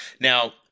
Now